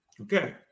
okay